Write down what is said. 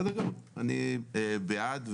אני בעד,